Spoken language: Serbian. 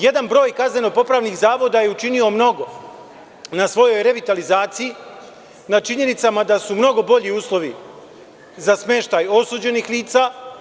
Jedan broj kazneno-popravnih zavoda je učinio mnogo na svojoj revitalizaciji, na činjenicama da su mnogo bolji uslovi za smeštaj osuđenih lica.